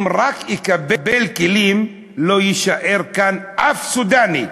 אם רק יקבל כלים, לא יישאר כאן אף סודאני.